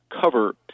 cover